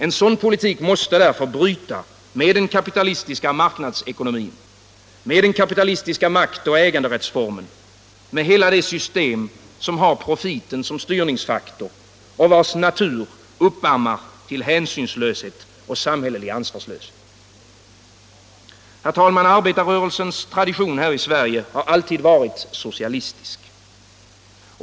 En sådan politik måste bryta med den kapitalistiska marknadsekonomin, med den kapitalistiska makt och äganderättsformen, med hela det system som har profiten som styrningsfaktor och vars natur uppammar till hänsyns löshet och samhällelig ansvarslöshet. Arbetarrörelsens tradition i Sverige har alltid varit socialistisk.